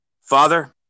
Father